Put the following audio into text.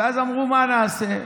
ואז אמרו: מה נעשה?